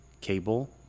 cable